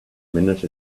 minute